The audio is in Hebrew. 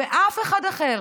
ואף אחד אחר,